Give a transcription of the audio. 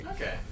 Okay